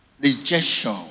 rejection